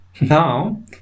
now